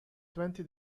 twenty